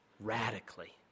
radically